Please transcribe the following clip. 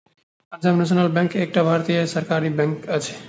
पंजाब नेशनल बैंक एकटा भारतीय सरकारी बैंक अछि